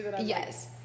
Yes